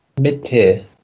mid-tier